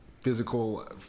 physical